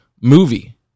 movie